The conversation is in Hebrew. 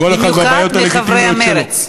במיוחד מחברי מרצ.